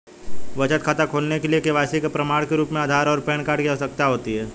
बचत खाता खोलने के लिए के.वाई.सी के प्रमाण के रूप में आधार और पैन कार्ड की आवश्यकता होती है